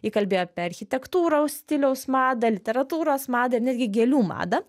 ji kalbėjo apie architektūros stiliaus madą literatūros madą ir netgi gėlių madą